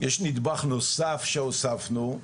יש נדבך נוסף שהוספנו,